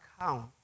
account